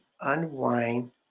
unwind